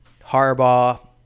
Harbaugh